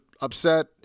upset